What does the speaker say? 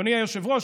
אדוני היושב-ראש,